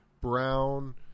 brown